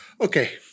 okay